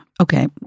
Okay